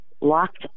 locked